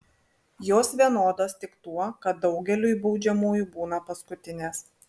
jos vienodos tik tuo kad daugeliui baudžiamųjų būna paskutinės